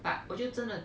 but 我就真的